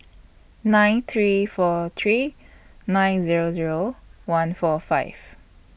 nine three four three nine Zero Zero one four five